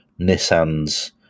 Nissan's